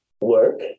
work